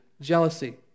Jealousy